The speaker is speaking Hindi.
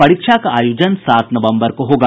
परीक्षा का आयोजन सात नवंबर को होगा